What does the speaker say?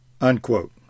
Unquote